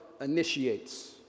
initiates